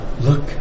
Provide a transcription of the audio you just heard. Look